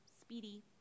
speedy